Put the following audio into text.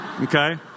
Okay